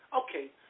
Okay